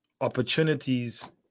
opportunities